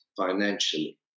financially